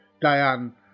Diane